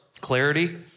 clarity